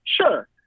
Sure